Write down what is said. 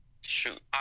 Shoot